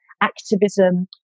activism